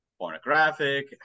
pornographic